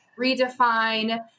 redefine